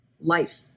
life